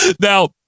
Now